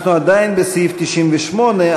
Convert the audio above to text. אנחנו עדיין בסעיף 98,